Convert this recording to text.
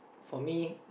for me